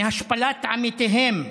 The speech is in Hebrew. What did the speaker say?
מהשפלת עמיתיהם,